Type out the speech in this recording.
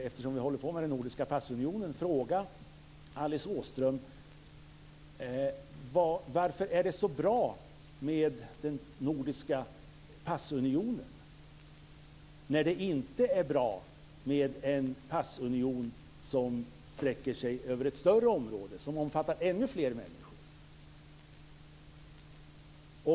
Eftersom vi håller på med den nordiska passunionen vill jag gärna fråga Alice Åström varför den är så bra, när det inte är bra med en passunion som sträcker sig över ett större område som omfattar ännu fler människor.